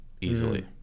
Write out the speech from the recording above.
Easily